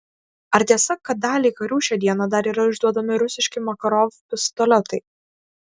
ar tiesa kad daliai karių šią dieną dar yra išduodami rusiški makarov pistoletai